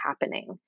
happening